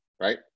right